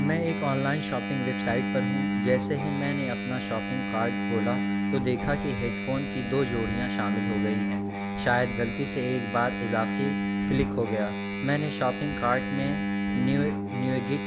میں ایک online shopping website پر ہوں جیسے ہی میں نے اپنا شاپنگ کارٹ کھولا تو دیکھا کہ ہیڈ فون کی دو جوڑیاں شامل ہو گئی ہیں شاید غلطی سے ایک بار اضافی کلک ہو گیا میں نے شاپنگ کارٹ میں نیو نیو گک